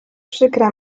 przykra